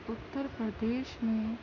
اتر پردیش میں